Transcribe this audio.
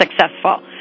successful